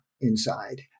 inside